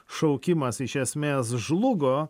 šaukimas iš esmės žlugo